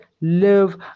live